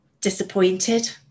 disappointed